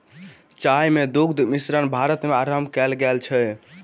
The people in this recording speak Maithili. चाय मे दुग्ध मिश्रण भारत मे आरम्भ कयल गेल अछि